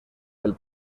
del